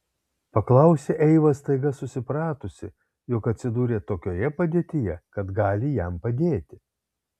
paklausė eiva staiga susipratusi jog atsidūrė tokioje padėtyje kad gali jam padėti